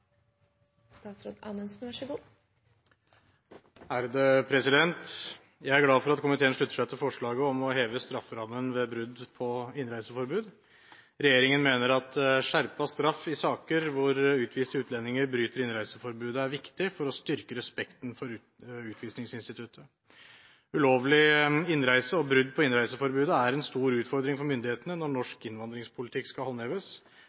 glad for at komiteen slutter seg til forslaget om å heve strafferammen ved brudd på innreiseforbud. Regjeringen mener at skjerpet straff i saker hvor utviste utlendinger bryter innreiseforbudet, er viktig for å styrke respekten for utvisningsinstituttet. Ulovlig innreise og brudd på innreiseforbudet er en stor utfordring for myndighetene når norsk innvandringspolitikk skal håndheves.